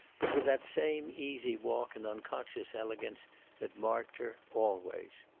but with that same easy walk and unconscious elegance that marked her, always.